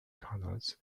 canals